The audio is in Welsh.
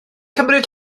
cymryd